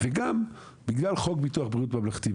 וגם בגלל חוק ביטוח בריאות ממלכתי,